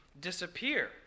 disappear